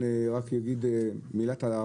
את זה ואנחנו פועלים על מנת להקל על האזרח.